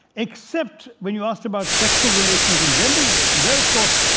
except when you ask about sexual relations and gender relations. there, of course,